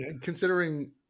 considering